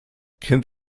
kennt